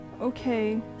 Okay